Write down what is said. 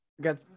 got